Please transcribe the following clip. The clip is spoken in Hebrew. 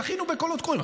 זכינו בקולות קוראים.